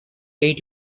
eight